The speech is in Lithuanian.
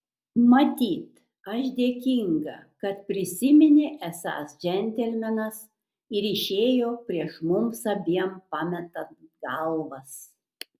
matyt aš dėkinga kad prisiminė esąs džentelmenas ir išėjo prieš mums abiem pametant galvas